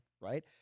Right